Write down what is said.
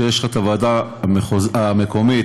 שיש ועדה מקומית,